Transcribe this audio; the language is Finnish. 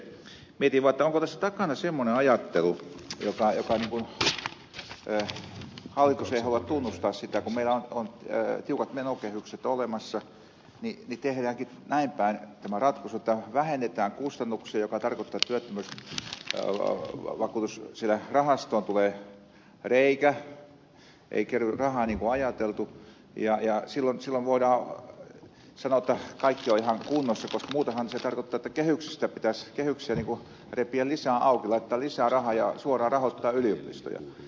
mietin vain onko tässä takana semmoinen ajattelu jota hallitus ei halua tunnustaa jotta kun meillä on tiukat menokehykset olemassa niin tehdäänkin näinpäin tämä ratkaisu jotta vähennetään kustannuksia mikä tarkoittaa että työttömyysvakuutusrahastoon tulee reikä ei kerry rahaa niin kuin on ajateltu ja silloin voidaan sanoa jotta kaikki on ihan kunnossa koska muutenhan se tarkoittaa että kehyksiä pitäisi repiä auki laittaa lisää rahaa ja suoraan rahoittaa yliopistoja